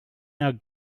our